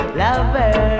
lover